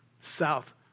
south